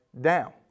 down